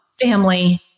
family